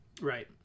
right